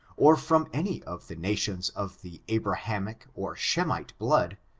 or from any of the nations of the abrahamic or shem ite blood,